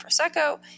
prosecco